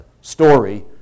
story